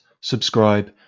subscribe